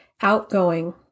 outgoing